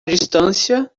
distância